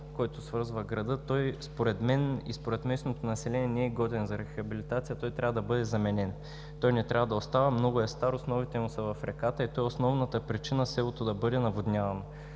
който свързва града, според мен и според местното население не е годен за рехабилитация, а трябва да бъде заменен. Той не трябва да остава. Много е стар, основите са му в реката и той е основната причина селото да бъде наводнявано,